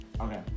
Okay